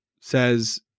says